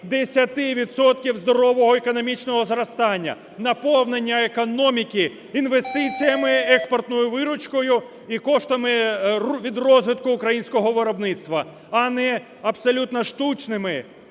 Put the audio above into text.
здорового економічного зростання, наповнення економіки інвестиціями, експортною виручкою і коштами від розвитку українського виробництва, а не абсолютно штучними